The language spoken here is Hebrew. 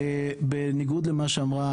בניגוד למה שאמרה